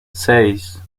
seis